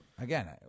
Again